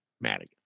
Madigan